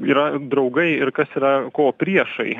yra draugai ir kas yra ko priešai